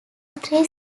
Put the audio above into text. three